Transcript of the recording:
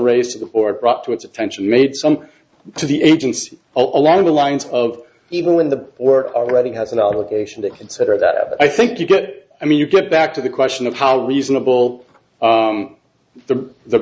raised before brought to its attention made some to the agents along the lines of even when the work already has an obligation to consider that i think you get i mean you get back to the question of how reasonable the the